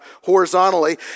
horizontally